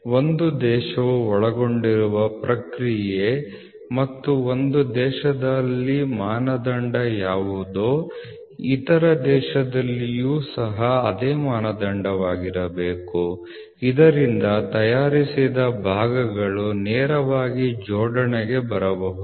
ಒಂದು ದೇಶವು ಒಳಗೊಂಡಿರುವ ಪ್ರಕ್ರಿಯೆ ಮತ್ತು ಒಂದು ದೇಶದಲ್ಲಿ ಮಾನದಂಡ ಯಾವುದೋ ಇತರ ದೇಶದಲ್ಲಿಯೂ ಸಹ ಅದೇ ಮಾನದಂಡವಾಗಿರಬೇಕು ಇದರಿಂದ ತಯಾರಿಸಿದ ಭಾಗಗಳು ನೇರವಾಗಿ ಜೋಡಣೆಗೆ ಬರಬಹುದು